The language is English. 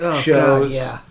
Shows